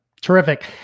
terrific